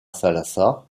salazar